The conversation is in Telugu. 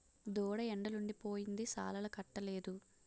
దూడ ఎండలుండి పోయింది సాలాలకట్టలేదు